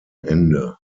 ende